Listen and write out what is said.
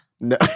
No